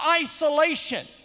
isolation